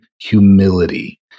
humility